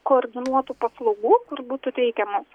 koordinuotų paslaugų kur būtų teikiamos